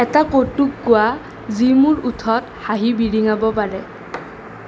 এটা কৌতুক কোৱা যি মোৰ ওঁঠত হাঁহি বিৰিঙাব পাৰে